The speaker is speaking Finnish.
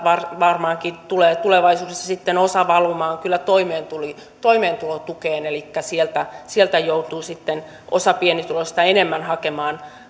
varmaankin tulee tulevaisuudessa osa valumaan toimeentulotukeen elikkä sieltä sieltä joutuu sitten osa pienituloisista enemmän hakemaan